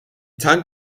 tang